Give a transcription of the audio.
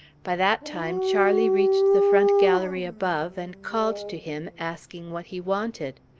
by that time charlie reached the front gallery above, and called to him, asking what he wanted.